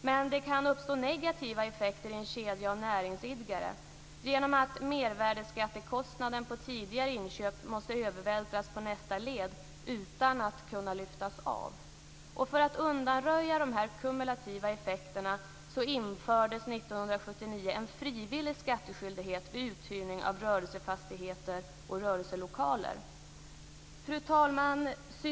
Men det kan uppstå negativa effekter i en kedja av näringsidkare genom att mervärdesskattekostnaden på tidigare inköp måste övervältras på nästa led utan att kunna lyftas av. För att undanröja de här kumulativa effekterna infördes 1979 en frivillig skattskyldighet vid uthyrning av rörelsefastigheter och rörelselokaler. Fru talman!